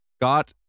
got